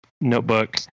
notebook